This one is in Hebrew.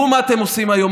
תראו מה אתם עושים היום,